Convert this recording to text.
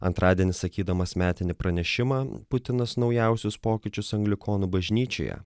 antradienį sakydamas metinį pranešimą putinas naujausius pokyčius anglikonų bažnyčioje